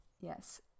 Yes